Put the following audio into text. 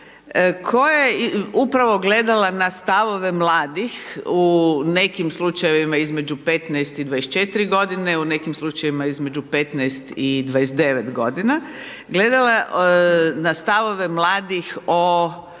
koja je upravo gledala na stavove mladih u nekim slučajevima između 15 i 24 g., u nekim slučajevima između 15 i 29 g., gledala na stavove mladih o